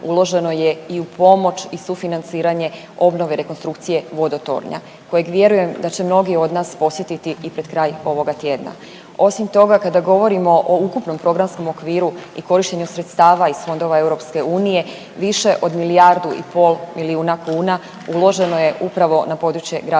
uloženo je i u pomoć i sufinanciranje obnove rekonstrukcije vodotornja kojeg vjerujem da će mnogi od nas posjetiti i pred kraj ovoga tjedna. Osim toga kada govorimo o ukupnom programskom okviru i korištenju sredstava iz fondova EU više od milijardu i pol milijuna kuna uloženo je upravo na područje grada